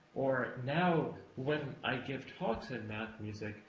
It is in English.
or now, when i give talks in math music,